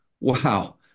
wow